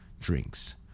drinks